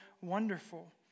wonderful